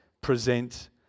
present